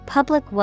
Public